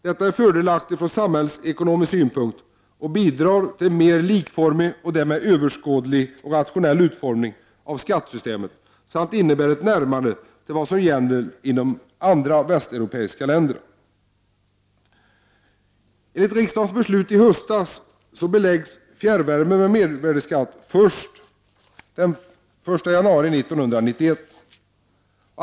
Det är fördelaktigt från samhällsekonomisk synpunkt och bidrar till en mer likformig och därmed överskådlig och rationell utformning av skattesystemet. Det innebär ett närmande till vad som gäller inom andra västeuropeiska länder. Enligt riksdagens beslut i höstas beläggs fjärrvärme med mervärdeskatt först den 1 januari 1991.